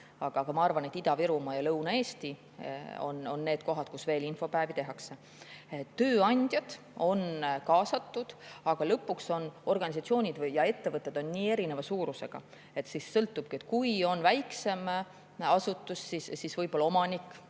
aga ma arvan, et Ida-Virumaa ja Lõuna-Eesti on need kohad, kus veel infopäevi tehakse. Tööandjad on kaasatud, aga lõpuks on organisatsioonid ja ettevõtted väga erineva suurusega. Sellest sõltubki, et kui on väiksem asutus, siis võib-olla omanik